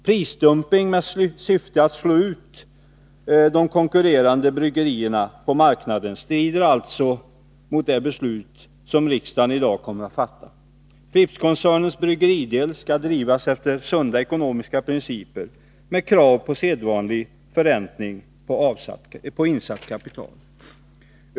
Prisdumpning i syfte att slå ut de konkurrerande bryggerierna på marknaden strider alltså mot det beslut som riksdagen i dag kommer att fatta. Prippskoncernens bryggeridel skall drivas efter sunda ekonomiska principer med krav på sedvanlig förräntning på insatt kapital.